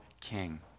king